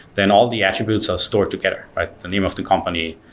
then all the attributes are stored together, right? the name of the company,